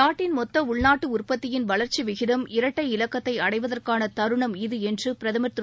நாட்டின் மொத்த உள்நாட்டு உற்பத்தியின் வளர்ச்சி விகிதம் இரட்டை இலக்கத்தை அடைவதற்கான தருணம் இது என்று பிரதமர் திரு